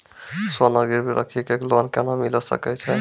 सोना गिरवी राखी कऽ लोन केना मिलै छै?